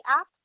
app